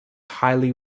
highly